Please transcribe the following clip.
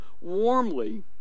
warmly